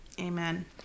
amen